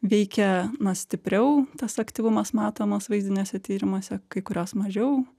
veikia na stipriau tas aktyvumas matomas vaizdiniuose tyrimuose kai kurios mažiau